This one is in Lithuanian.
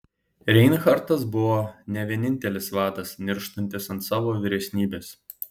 reinhartas buvo ne vienintelis vadas nirštantis ant savo vyresnybės